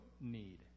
need